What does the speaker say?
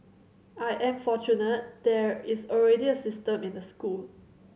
I am fortunate there is already a system in the school